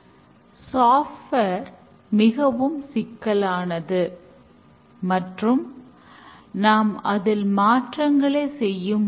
extreme programming சிறிய திட்டங்களில் மற்றும் சவாலான பணிகளிலும் கூட வெற்றிகரமாக செயல்படுத்த முடியும்